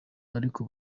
ariko